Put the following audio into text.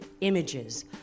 images